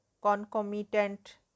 concomitant